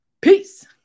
Peace